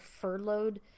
furloughed